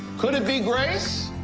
could it be grace?